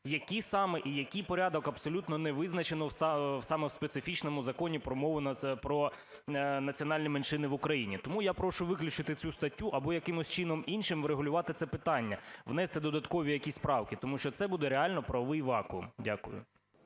які саме і який порядок абсолютно не визначено саме в специфічному Законі "Про національні меншини в Україні". Тому я прошу виключити цю статтю або якимось чином іншим врегулювати це питання, внести додаткові якісь правки. Тому що це буде реально правовий вакуум. Дякую.